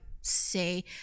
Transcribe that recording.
say